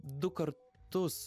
du kartus